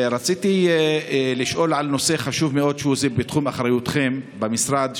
רציתי לשאול על נושא חשוב מאוד שהוא בתחום אחריותכם במשרד,